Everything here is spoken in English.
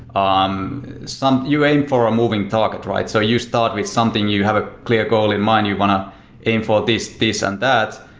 ah um you aim for a moving target, right? so you start with something. you have a clear goal in mind. you want to aim for this, this and that,